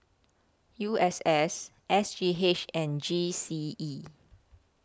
U S S S G H and G C E